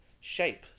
shape